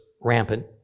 rampant